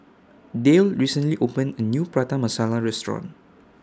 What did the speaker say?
Dale recently opened A New Prata Masala Restaurant